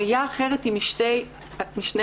הראייה האחרת היא משני הפנים.